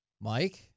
Mike